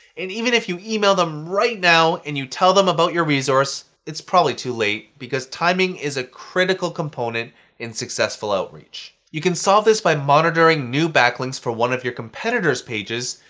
and even if you email them right now and you tell them about your resource, it's probably too late because timing is a critical component in successful outreach. you can solve this is by monitoring new backlinks for one of your competitor's pages,